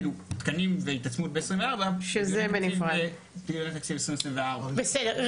כאילו תקנים והתעצמות ב-2024 זה יהיה בתקציב 2024. בסדר.